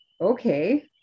okay